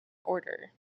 order